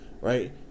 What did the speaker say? right